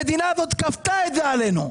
המדינה הזאת כפתה את זה עלינו.